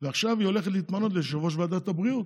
ועכשיו היא הולכת להתמנות ליושבת-ראש ועדת הבריאות,